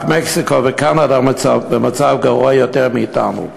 רק מקסיקו וקנדה במצב גרוע מאתנו.